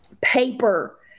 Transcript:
Paper